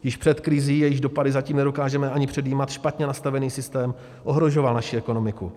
Již před krizí, jejíž dopady zatím nedokážeme ani předjímat, špatně nastavený systém ohrožoval naši ekonomiku.